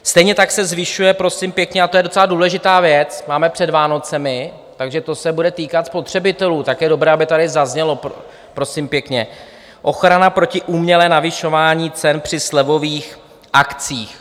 Stejně tak se zvyšuje prosím pěkně, a to je docela důležitá věc, máme před Vánoci, takže to se bude týkat spotřebitelů, tak je dobré, aby tady zaznělo, prosím pěkně ochrana proti umělému navyšování cen při slevových akcích.